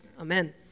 Amen